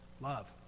love